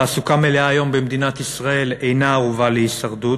תעסוקה מלאה היום במדינת ישראל אינה ערובה להישרדות,